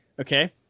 Okay